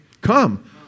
Come